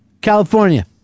California